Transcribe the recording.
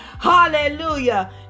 Hallelujah